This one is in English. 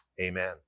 amen